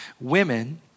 women